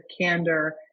candor